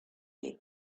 you